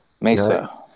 Mesa